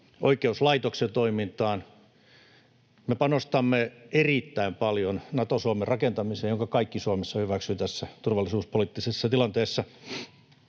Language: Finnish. oikeuslaitoksen toimintaan. Me panostamme erittäin paljon Nato-Suomen rakentamiseen, minkä kaikki Suomessa hyväksyvät tässä turvallisuuspoliittisessa tilanteessa.